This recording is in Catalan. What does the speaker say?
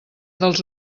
dels